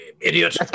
idiot